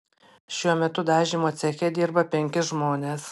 šiuo metu dažymo ceche dirba penki žmonės